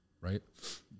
right